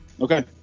Okay